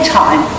time